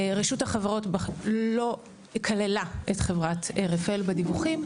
רשות החברות לא כללה את חברת "רפאל" בדיווחים,